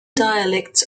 dialects